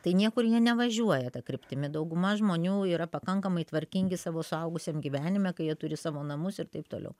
tai niekur jie nevažiuoja ta kryptimi dauguma žmonių yra pakankamai tvarkingi savo suaugusiam gyvenime kai jie turi savo namus ir taip toliau